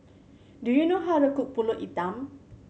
do you know how to cook Pulut Hitam